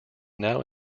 now